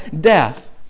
death